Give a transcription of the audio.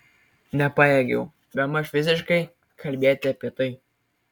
nepajėgiau bemaž fiziškai kalbėti apie tai